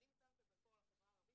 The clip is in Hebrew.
אבל אם אתה שם את הזרקור על החברה הערבית,